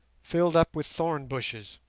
filled up with thorn bushes,